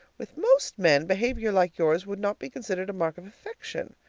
with most men, behavior like yours would not be considered a mark of affection.